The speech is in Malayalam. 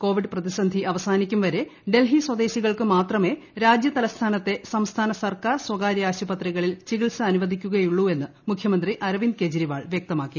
കോവിഡ് പ്രതിസന്ധി അവസാനിക്കും വരെ ഡൽഹി സ്വദേശികൾക്ക് മാത്രമേ രാജ്യതലസ്ഥാനത്തെ സംസ്ഥാന സർക്കാർ സ്വകാര്യ ആശുപത്രികളിൽ ചികിത്സ അനുവദിക്കുകയുള്ളൂവെന്ന് മുഖ്യമന്ത്രി അരവിന്ദ് കെജ്രിവാൾ വൃക്തമാക്കി